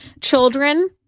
Children